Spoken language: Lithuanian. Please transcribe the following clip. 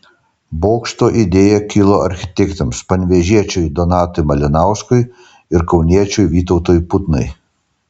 bokšto idėja kilo architektams panevėžiečiui donatui malinauskui ir kauniečiui vytautui putnai